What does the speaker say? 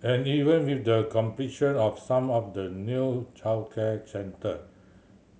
and even with the completion of some of the new childcare centre